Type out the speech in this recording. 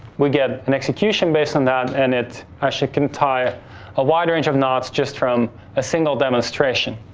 we get an execution based on that, and it actually can tie a wide range of knots just from a single demonstration.